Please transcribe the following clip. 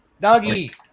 Doggy